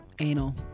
Anal